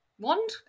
wand